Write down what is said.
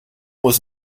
was